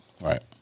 right